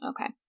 Okay